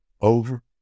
over